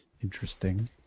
interesting